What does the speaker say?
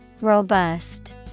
Robust